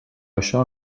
això